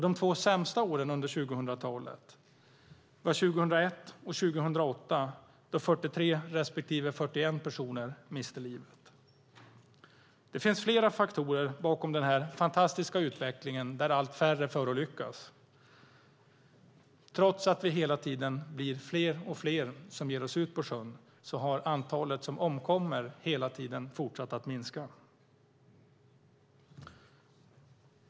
De två sämsta åren under 2000-talet var 2001 och 2008, då 43 respektive 41 personer miste livet. Det finns flera faktorer bakom denna fantastiska utveckling att allt färre förolyckas. Trots att vi hela tiden blir fler och fler som ger oss ut på sjön har antalet som omkommer hela tiden fortsatt att minska.